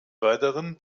weiteren